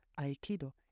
Aikido